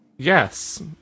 Yes